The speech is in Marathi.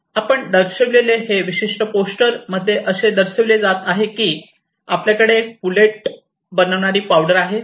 आपण दर्शविलेले हे विशिष्ट पोस्टर मध्ये असे दर्शविले जात आहे की आपल्याकडे एक पुलेट बनविणारी एक पावडर आहे